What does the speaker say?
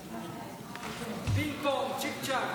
פינג-פונג, צ'יק-צ'ק.